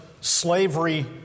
slavery